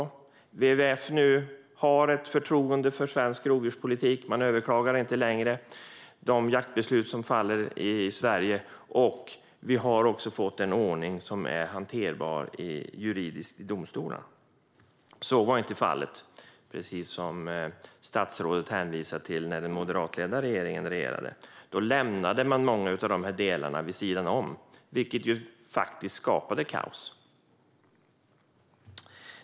Nu har WWF förtroende för svensk rovdjurspolitik och överklagar inte längre de jaktbeslut som fattas i Sverige. Vi har fått en ordning som är hanterbar juridiskt i domstolar. Så var inte fallet, precis som statsrådet hänvisade till, när den moderatledda regeringen styrde. Då lämnades många av dessa delar vid sidan om, vilket skapade kaos.